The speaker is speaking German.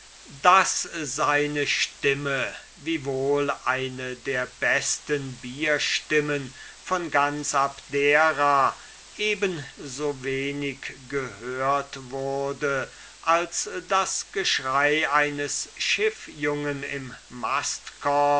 daß seine stimme wiewohl eine der besten bierstimmen von ganz abdera eben so wenig gehört wurde als das geschrei eines schiffjungens im mastkorbe